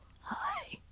Hi